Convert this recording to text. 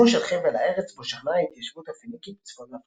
ושמו של חבל הארץ בו שכנה ההתיישבות הפיניקית בצפון אפריקה.